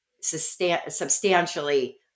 substantially